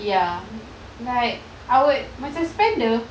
ya like I would macam spend the